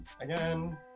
Again